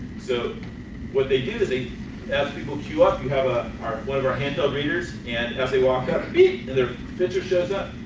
so what they did is they ask people queue up, you have ah one of our handheld readers and as they walked out beep and their picture shows up,